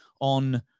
on